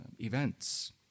events